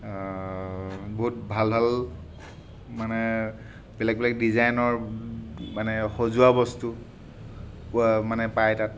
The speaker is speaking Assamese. বহুত ভাল ভাল মানে বেলেগ বেলেগ ডিজাইনৰ মানে সজোৱা বস্তু মানে পায় তাক